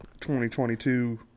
2022